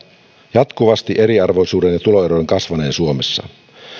jatkuvasti eriarvoisuuden ja tuloerojen kasvaneen suomessa